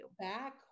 Back